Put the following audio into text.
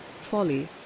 folly